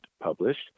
published